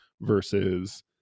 versus